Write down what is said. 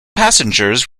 passengers